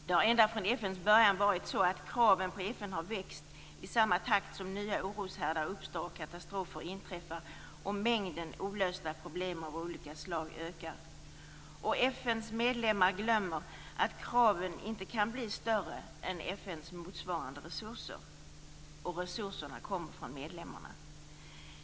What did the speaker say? Det har ända sedan FN:s början varit så att kraven på FN har växt i samma takt som nya oroshärdar uppstår och katastrofer inträffar och mängden olösta problem av olika slag ökar. FN:s medlemmar glömmer att kraven inte kan bli större än FN:s motsvarande resurser, och resurserna kommer från medlemmarna.